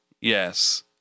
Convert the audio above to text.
yes